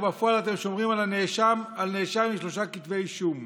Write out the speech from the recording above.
ובפועל אתם שומרים על נאשם עם שלושה כתבי אישום.